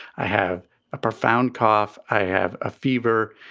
i have a profound cough. i have a fever,